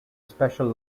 special